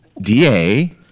DA